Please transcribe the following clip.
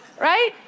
Right